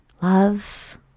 love